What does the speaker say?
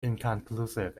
inconclusive